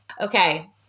Okay